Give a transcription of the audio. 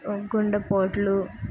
కుండ పోతలు